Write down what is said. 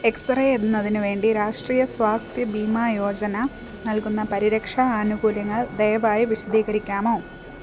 X ray എന്നതിനുവേണ്ടി രാഷ്ട്രീയ സ്വാസ്ഥ്യ ബീമാ യോജന നൽകുന്ന പരിരക്ഷാ ആനുകൂല്യങ്ങൾ ദയവായി വിശദീകരിക്കാമോ